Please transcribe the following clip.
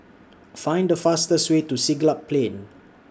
Find The fastest Way to Siglap Plain